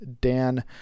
Dan